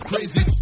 Crazy